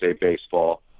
Baseball